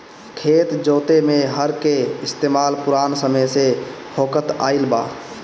खेत जोते में हर के इस्तेमाल पुरान समय से होखत आइल बा